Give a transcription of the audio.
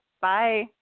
Bye